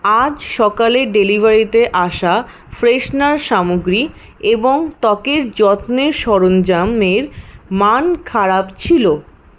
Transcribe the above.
আজ সকালে ডেলিভারিতে আসা ফ্রেশনার সামগ্রী এবং ত্বকের যত্নের সরঞ্জামের মান খারাপ ছিল